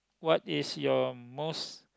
what is your most